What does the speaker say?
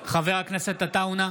עטאונה,